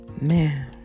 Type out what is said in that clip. Man